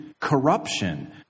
Corruption